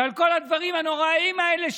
ועל כל הדברים הנוראיים האלה.